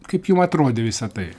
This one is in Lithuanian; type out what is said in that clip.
kaip jum atrodė visa tai